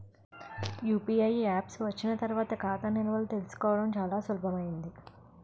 UPI apps వచ్చిన తర్వాత ఖాతా నిల్వలు తెలుసుకోవడం చాలా సులభమైంది